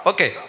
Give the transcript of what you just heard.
Okay